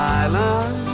island